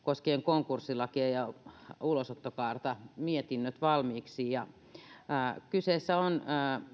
koskien konkurssilakia ja ulosottokaarta mietinnöt valmiiksi kyseessä on